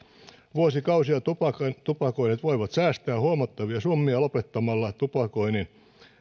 vuosikausia tupakoineet tupakoineet voivat säästää huomattavia summia lopettamalla tupakoinnin